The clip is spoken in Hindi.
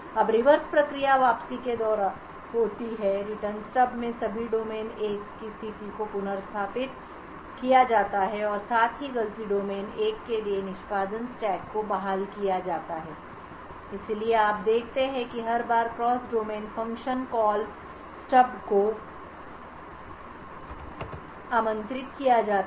अब रिवर्स प्रक्रिया वापसी के दौरान होती है रिटर्न स्टब में सभी डोमेन 1 की स्थिति को पुनर्स्थापित किया जाता है और साथ ही गलती डोमेन 1 के लिए निष्पादन स्टैक को बहाल किया जाता है इसलिए आप देखते हैं कि हर बार cross domain function call call stub को आमंत्रित किया जाता है